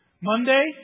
Monday